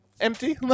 Empty